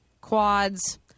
quads